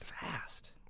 fast